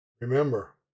Remember